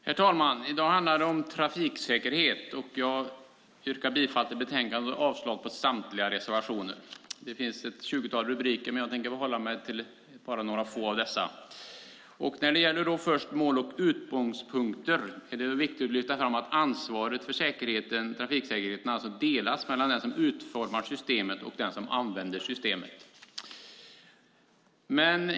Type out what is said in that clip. Herr talman! I dag handlar det om trafiksäkerhet. Jag yrkar bifall till förslagen i betänkandet och avslag på samtliga reservationer. Det finns ett tjugotal rubriker, men jag tänker hålla mig till bara några få av dessa. När det först gäller mål och utgångspunkter är det viktigt att lyfta fram att ansvaret för trafiksäkerheten delas mellan den som utformar systemet och den som använder systemet.